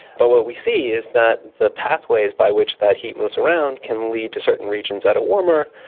but what we see is that the pathways by which that heat moves around can lead to certain regions that are warmer,